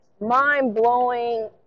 mind-blowing